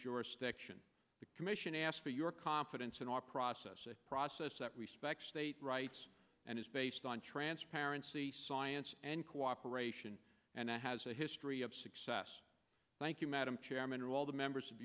jurisdiction the commission asked for your confidence in our process a process that respects state rights and is based on transparency science and cooperation and it has a history of success thank you madam chairman to all the members of